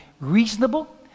Reasonable